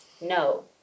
No